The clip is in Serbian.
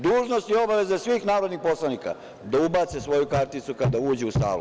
Dužnost je obaveza svih narodnih poslanika da ubace svoju karticu kada uđu u salu.